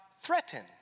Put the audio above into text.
threaten